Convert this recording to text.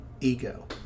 ego